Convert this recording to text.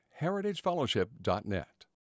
heritagefellowship.net